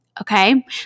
Okay